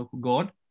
God